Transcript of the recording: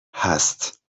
هست